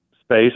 space